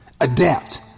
Adapt